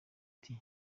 ati